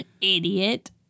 Idiot